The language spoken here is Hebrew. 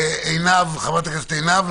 חברת הכנסת עינב.